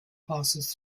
passes